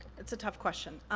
that's a tough question.